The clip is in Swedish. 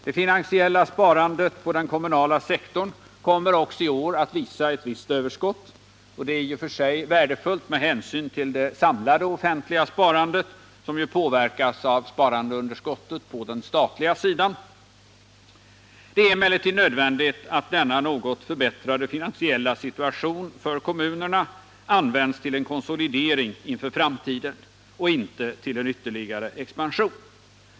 Det finansiella sparandet på den kommunala sektorn kommer också i år att visa ett visst överskott, och det är i och för sig värdefullt med hänsyn till det samlade offentliga sparandet, som ju påverkas av sparandeunderskottet på den statliga sidan. Det är emellertid nödvändigt att denna något förbättrade finansiella situation för kommunerna används till en konsolidering inför framtiden och inte till ytterligare expansion.